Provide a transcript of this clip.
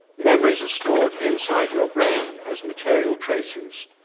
memories are stored inside your brain as material traces.